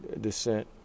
descent